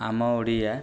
ଆମ ଓଡ଼ିଆ